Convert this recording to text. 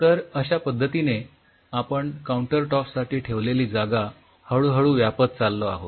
तर अश्या पद्धतीने आपण काउंटर टॉप साठी ठेवलेली जागा हळू हळू व्यापत चाललो आहोत